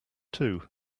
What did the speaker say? too